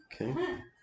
Okay